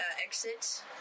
exit